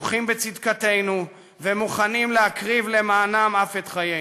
בטוחים בצדקתנו ומוכנים להקריב למענם אף את חיינו.